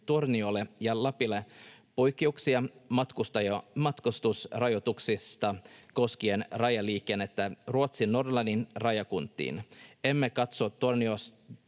Torniolle ja Lapille poikkeuksia matkustusrajoituksiin koskien rajaliikennettä Ruotsin Norlannin rajakuntiin. Emme katso